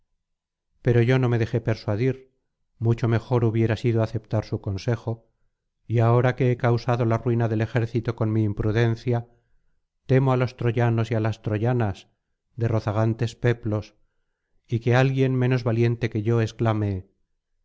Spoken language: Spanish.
pero yo no me dejé persuadir mucho mejor hubiera sido aceptar su consejo y ahora que he causado la ruina del ejército con mi imprudencia temo á los troyanos y á las troyanas de roza gantes peplos y que alguien menos valiente que yo exclame